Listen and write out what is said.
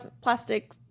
plastic